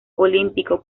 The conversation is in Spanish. olímpico